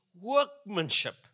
workmanship